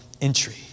entry